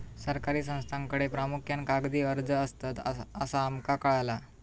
सरकारी संस्थांकडे प्रामुख्यान कागदी अर्ज असतत, असा आमका कळाला